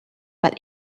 but